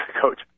Coach